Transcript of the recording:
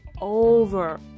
over